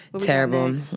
Terrible